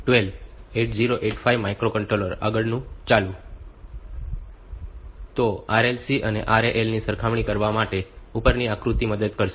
તો RLC અને RLA ની સરખામણી કરવા માટે ઉપરની આકૃતિ મદદ કરશે